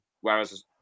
Whereas